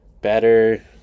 better